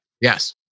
yes